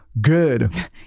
good